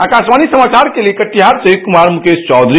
आकाशवाणी समाचार के लिए कटिहार से कुमार मुकेश चौधरी